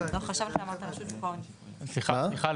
בסדר.